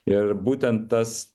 ir būtent tas